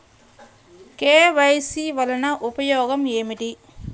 KYC వలన ఉపయోగం ఏమిటీ?